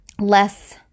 less